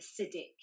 acidic